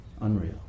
unreal